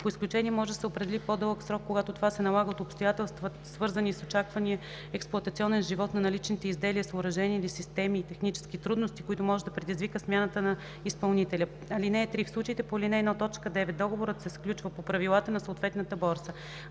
По изключение може да се определи по-дълъг срок, когато това се налага от обстоятелства, свързани с очаквания експлоатационен живот на наличните изделия, съоръжения или системи и техническите трудности, които може да предизвика смяната на изпълнителя. (3) В случаите по ал. 1, т. 9 договорът се сключва по правилата на съответната борса.